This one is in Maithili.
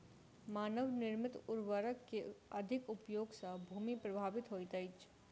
मानव निर्मित उर्वरक के अधिक उपयोग सॅ भूमि प्रभावित होइत अछि